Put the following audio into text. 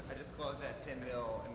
just closed that ten mil